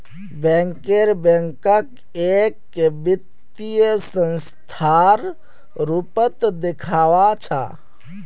banker बैंकक एक वित्तीय संस्थार रूपत देखअ छ